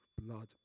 blood